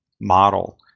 model